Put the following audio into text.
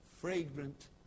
fragrant